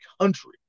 country